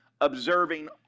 observing